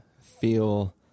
feel